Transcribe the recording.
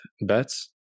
bets